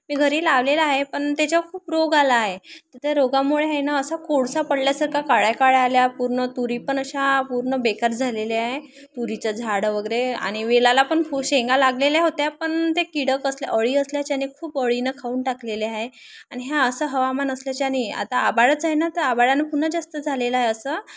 मी घरी लावलेला आहे पण त्याच्यावर खूप रोग आला आहे तर त्या रोगामुळे हे ना असा कोळसा पडल्यासारख काळ्या काळ्या आल्या पूर्ण तुरी पण अशा पूर्ण बेकार झालेल्या आहे तुरीचं झाडं वगैरे आणि वेलाला पण खूप शेंगा लागलेल्या होत्या पण ते कीड कसल्या अळी असल्याच्याने खूप अळीनं खाऊन टाकलेले आहे आणि ह्या असं हवामान असल्याच्याने आता आभाळच आहे ना तर आभाळानं पुन्हा जास्त झालेलं आहे असं